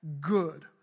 good